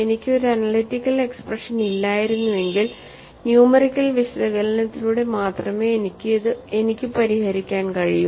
എനിക്ക് ഒരു analytical expression ഇല്ലായിരുന്നുവെങ്കിൽ ന്യൂമെറിക്കൽ വിശകലനത്തിലൂടെ മാത്രമേ എനിക്ക് പരിഹരിക്കാൻ കഴിയൂ